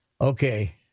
okay